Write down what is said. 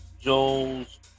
Joel's